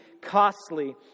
costly